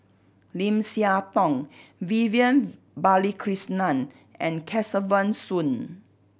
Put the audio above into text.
Lim Siah Tong Vivian Balakrishnan and Kesavan Soon